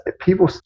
people